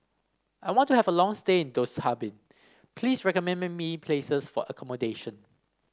I want to have a long stay in Dushanbe please recommend me places for accommodation